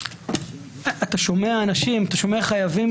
אתה שומע אנשים, שומע חייבים